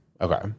Okay